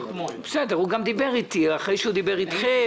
הוא גם דיבר אתי אחרי שהוא דיבר אתכם.